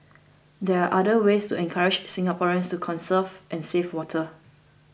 there are other ways to encourage Singaporeans to conserve and save water